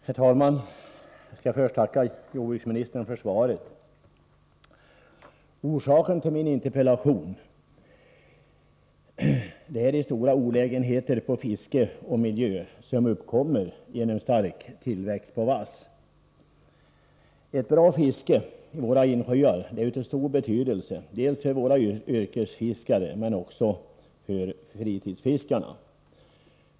Herr talman! Jag tackar jordbruksministern för svaret. Orsaken till att jag väckt den här interpellationen är de stora olägenheter på fiske och miljö som uppkommer genom stark tillväxt av vass. Ett bra fiske i våra insjöar är av stor betydelse dels för våra yrkesfiskare, dels för fritidsfiskarna.